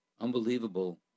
unbelievable